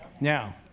Now